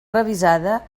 revisada